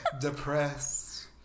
depressed